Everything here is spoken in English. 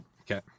Okay